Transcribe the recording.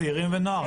צעירים ונוער.